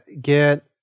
get